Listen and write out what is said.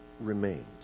remained